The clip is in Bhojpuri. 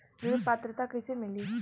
ऋण पात्रता कइसे मिली?